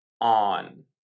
on